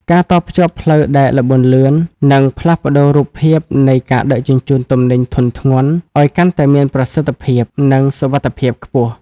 ការតភ្ជាប់ផ្លូវដែកល្បឿនលឿន នឹងផ្លាស់ប្តូររូបភាពនៃការដឹកជញ្ជូនទំនិញធុនធ្ងន់ឱ្យកាន់តែមានប្រសិទ្ធភាព និងសុវត្ថិភាពខ្ពស់។